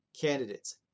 candidates